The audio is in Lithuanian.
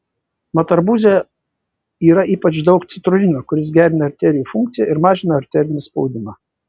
mat arbūze yra ypač daug citrulino kuris gerina arterijų funkciją ir mažina arterinį spaudimą